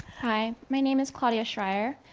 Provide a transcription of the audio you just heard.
hi, my name is claudia schyer.